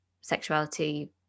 sexuality